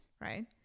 right